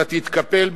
אתה תתקפל,